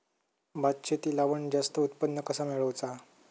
भात शेती लावण जास्त उत्पन्न कसा मेळवचा?